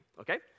Okay